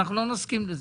ואנחנו לא נסכים לזה.